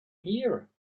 here